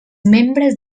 membres